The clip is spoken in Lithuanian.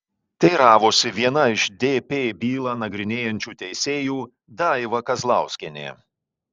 teiravosi viena iš dp bylą nagrinėjančių teisėjų daiva kazlauskienė